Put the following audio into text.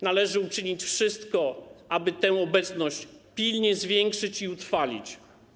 Należy uczynić wszystko, aby tę obecność pilnie zwiększyć i utrwalić.